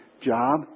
job